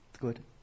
good